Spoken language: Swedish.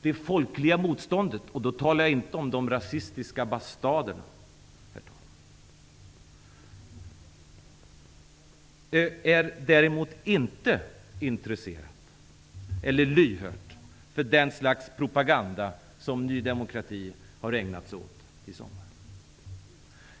De folkliga motståndarna -- då talar jag inte om de rasistiska bastarderna, herr talman -- är däremot inte intresserade eller lyhörda för den slags propaganda som Ny demokrati har ägnat sig åt i sommar.